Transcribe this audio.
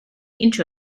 inch